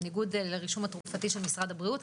בניגוד לרישום התרופתי של משרד הבריאות,